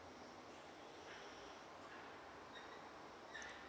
uh